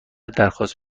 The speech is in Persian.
درخواست